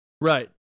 Right